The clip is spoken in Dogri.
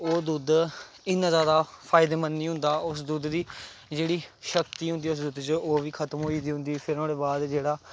ओह् दुद्ध इन्ना जादा फायदेमद निं होंदा उस दुद्ध दी जेह्ड़ी शक्ति होंदी उस दुद्ध च ओह् बी खतम होई गेदी होंदी फिर नोहाड़े बाद जेह्ड़ा